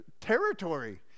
territory